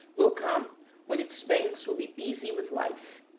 will come when its banks will be busy with life.